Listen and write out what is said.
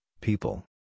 people